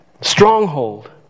Stronghold